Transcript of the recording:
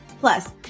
Plus